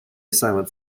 silent